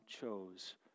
chose